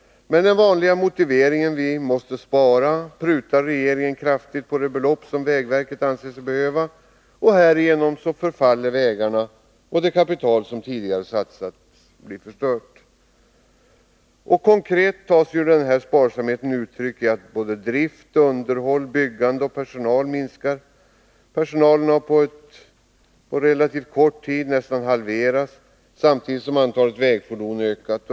Med den vanliga motiveringen att vi måste spara prutar regeringen kraftigt på de belopp som vägverket anser sig behöva. Härigenom förfaller vägarna, och det kapital som tidigare satsats förstörs. Konkret tar sig denna s.k. sparsamhet uttryck i att driften, underhållet, byggandet och personalen minskar. Personalen har på relativt kort tid nästan halverats, samtidigt som antalet vägfordon ökat.